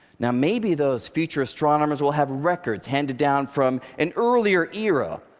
now maybe those future astronomers will have records handed down from an earlier era,